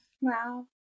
Wow